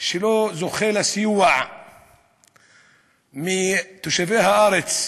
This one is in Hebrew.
שלא זוכה לסיוע מתושבי הארץ,